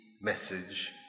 message